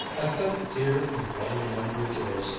at that dear and well-remembered gaze,